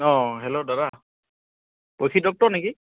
অঁ হেল্ল' দাদা পৰীক্ষিত দত্ত নেকি